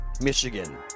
Michigan